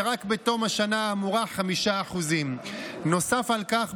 ורק בתום השנה האמורה 5%. נוסף על כך,